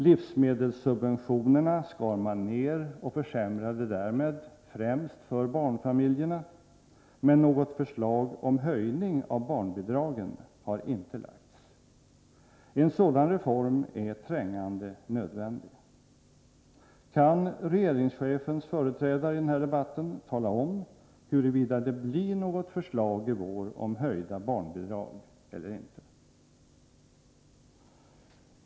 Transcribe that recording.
Livsmedelssubventionerna skar man ned och försämrade därmed främst för barnfamiljerna, men något förslag om höjning av barnbidragen har inte lagts fram. En sådan reform är trängande nödvändig. Kan regeringschefens företrädare i den här debatten tala om huruvida det blir något förslag i vår om höjda barnbidrag eller inte?